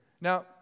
Now